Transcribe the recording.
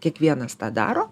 kiekvienas tą daro